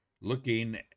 looking